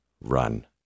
run